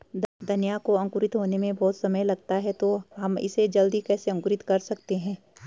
धनिया को अंकुरित होने में बहुत समय लगता है तो हम इसे जल्दी कैसे अंकुरित कर सकते हैं?